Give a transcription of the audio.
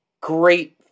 great